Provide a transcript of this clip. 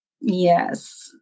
Yes